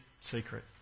secret